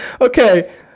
Okay